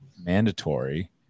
mandatory